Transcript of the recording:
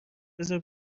بزار